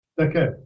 Okay